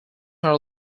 are